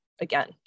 again